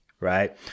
Right